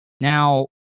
now